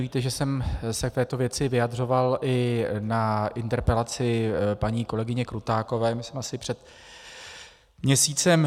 Víte, že jsem se k této věci vyjadřoval i na interpelaci paní kolegyně Krutákové asi před měsícem.